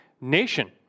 nation